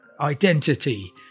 identity